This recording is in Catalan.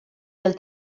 del